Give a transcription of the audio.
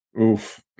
Oof